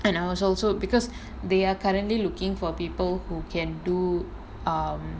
and I was also because they are currently looking for people who can do um